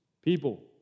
people